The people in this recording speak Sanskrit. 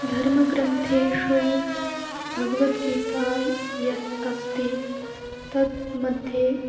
धर्मग्रन्थेषु भगवद्गीता यत् अस्ति तत् मध्ये